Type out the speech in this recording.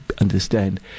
understand